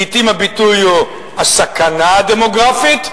לעתים הביטוי הוא "הסכנה הדמוגרפית"